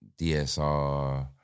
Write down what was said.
DSR